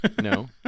No